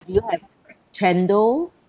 do you have chendol